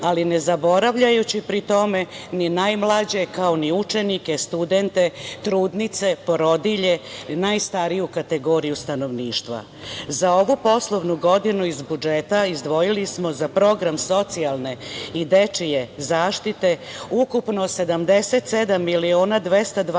ali ne zaboravljajući pri tome ni najmlađe, kao ni učenike, studente, trudnice, porodilje, najstariju kategoriju stanovništva.Za ovu poslovnu godinu iz budžeta izdvojili smo za program socijalne i dečije zaštite ukupno 77 miliona 221